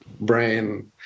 brain